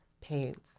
pants